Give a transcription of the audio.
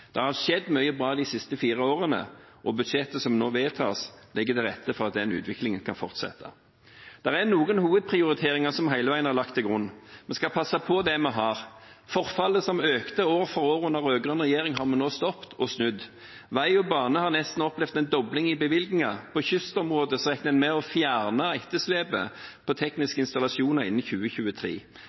Det har skjedd mye bra de siste fire årene, og budsjettet som nå vedtas, legger til rette for at den utviklingen kan fortsette. Det er noen hovedprioriteringer som hele veien er lagt til grunn. Vi skal passe på det vi har. Forfallet som økte år for år under den rød-grønne regjeringen, har vi nå stoppet og snudd. Vei og bane har nesten opplevd en dobling i bevilgninger. På kystområdet regner en med å fjerne etterslepet på tekniske installasjoner innen 2023.